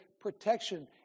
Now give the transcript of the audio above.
protection